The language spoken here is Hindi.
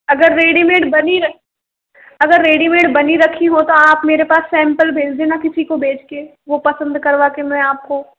अगर रेडीमेड बनी अगर रेडीमेड बनी रखी हो तो आप मेरे पास सेम्पल भेज देना किसी को भेज के वो पसंद करवाके मैं आपको